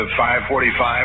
545